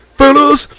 fellas